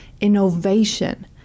innovation